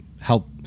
help